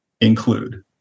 include